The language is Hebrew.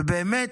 ובאמת,